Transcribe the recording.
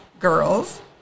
girls